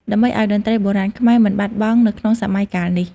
ដើម្បីឲ្យតន្ត្រីបុរាណខ្មែរមិនបាត់បង់នៅក្នុងសម័យកាលនេះ។